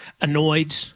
annoyed